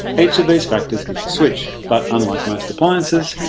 each of these factors is a switch, but, unlike most appliances,